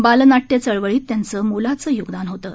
बालनाट्य चळवळीत त्यांचं मोलाचं योगदान होतं